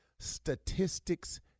statistics